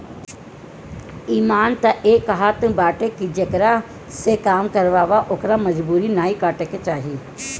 इमान तअ इहे कहत बाटे की जेकरा से काम करावअ ओकर मजूरी नाइ काटे के चाही